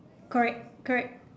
correct correct